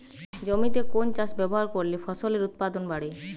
জমিতে কোন সার ব্যবহার করলে ফসলের উৎপাদন বাড়ে?